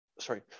sorry